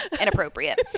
inappropriate